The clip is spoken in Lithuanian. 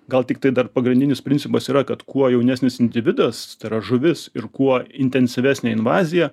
gal tiktai dar pagrindinis principas yra kad kuo jaunesnis individas tai yra žuvis ir kuo intensyvesnė invazija